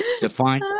Define